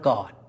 God